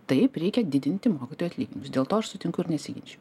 taip reikia didinti mokytojų atlyginimus dėl to aš sutinku ir nesiginčyju